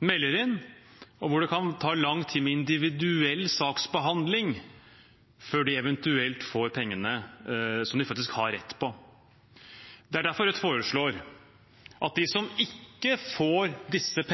melder inn, og der det kan ta lang tid med individuell saksbehandling før de eventuelt får pengene som de faktisk har rett på. Det er derfor Rødt foreslår at de som ikke får disse